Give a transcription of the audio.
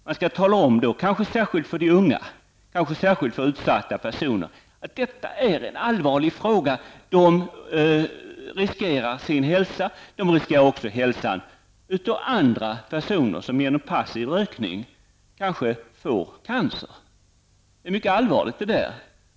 Man skall tala om, kanske särskilt för unga och för utsatta personer, att de riskerar sin hälsa och att även andra personer på grund av den passiva rökningen riskerar att få cancer. Detta är mycket allvarligt.